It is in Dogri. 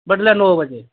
बड्डै'लै नौ बजे